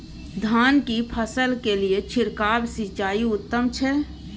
धान की फसल के लिये छिरकाव सिंचाई उत्तम छै?